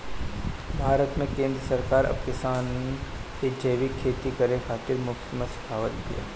भारत में केंद्र सरकार अब किसान के जैविक खेती करे खातिर मुफ्त में सिखावत बिया